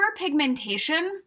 Hyperpigmentation